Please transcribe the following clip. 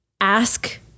ask